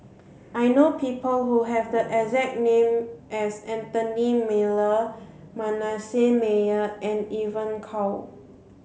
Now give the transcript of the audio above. I know people who have the exact name as Anthony Miller Manasseh Meyer and Evon Kow